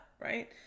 right